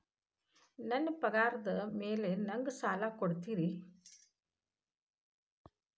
ನನ್ನ ಪಗಾರದ್ ಮೇಲೆ ನಂಗ ಸಾಲ ಕೊಡ್ತೇರಿ?